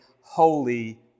holy